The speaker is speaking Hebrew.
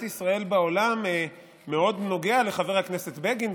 ישראל בעולם מאוד נוגע לחבר הכנסת בגין,